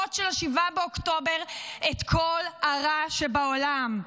הזוועות של 7 באוקטובר את כל הרע שבעולם.